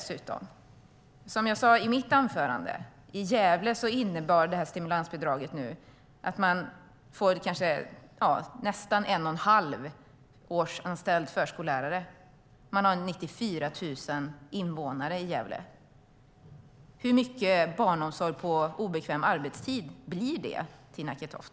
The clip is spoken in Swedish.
Som jag sade i mitt anförande motsvarar stimulansbidraget ungefär en och en halv årsanställd förskollärare. Gävle har 94 000 invånare. Hur mycket barnomsorg på obekväm arbetstid blir det, Tina Acketoft?